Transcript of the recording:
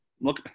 Look